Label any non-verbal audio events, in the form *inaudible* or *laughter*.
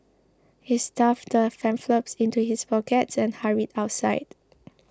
he stuffed the *unintelligible* into his pocket and hurried outside